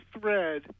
thread